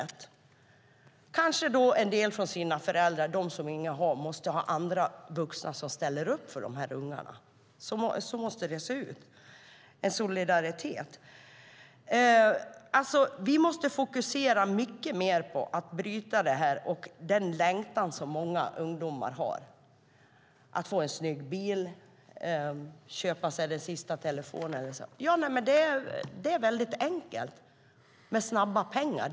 En del kanske får stöd från sina föräldrar, men de som inga har måste ha andra vuxna som ställer upp för dem. Så måste det se ut. Det måste finnas solidaritet. Vi måste fokusera mycket mer på att bryta den längtan som många ungdomar har att köpa en snygg bil eller den senaste telefonen. Det är väldigt enkelt med snabba pengar.